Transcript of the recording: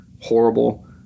horrible